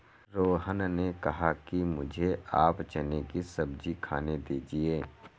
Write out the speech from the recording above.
रोहन ने कहा कि मुझें आप चने की सब्जी खाने दीजिए